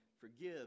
forgive